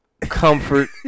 comfort